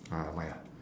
oh never mind lah